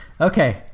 Okay